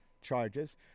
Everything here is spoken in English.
charges